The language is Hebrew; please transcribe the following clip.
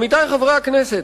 עמיתי חברי הכנסת,